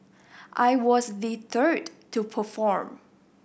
I was the third to perform